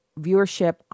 Viewership